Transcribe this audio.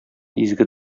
изге